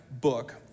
book